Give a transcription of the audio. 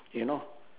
you know